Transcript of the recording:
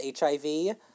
hiv